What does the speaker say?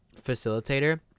facilitator